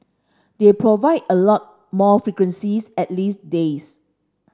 they provide a lot more frequencies at least days